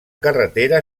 carretera